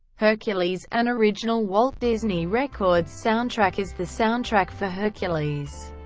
hercules an original walt disney records soundtrack is the soundtrack for hercules.